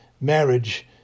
marriage